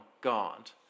God